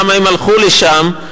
למה הם הלכו לשם,